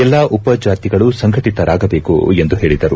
ಎಲ್ಲಾ ಉಪ ಜಾತಿಗಳು ಸಂಘಟಿತರಾಗಬೇಕು ಎಂದು ಹೇಳಿದರು